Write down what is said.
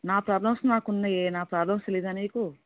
నా ప్రాబ్లమ్స్ నాకున్నయే నా ప్రాబ్లమ్స్ తెలియదా నీకు